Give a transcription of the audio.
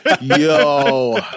Yo